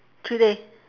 three day